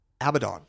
abaddon